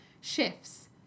shifts